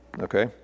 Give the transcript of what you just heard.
Okay